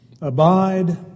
Abide